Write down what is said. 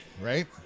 right